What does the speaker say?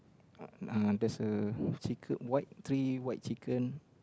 theres a chicken white three white chicken